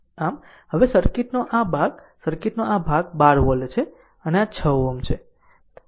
આમ હવે સર્કિટનો આ ભાગ સર્કિટનો આ ભાગ 12 વોલ્ટ છે અને આ 6 Ω શ્રેણીમાં છે